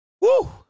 Woo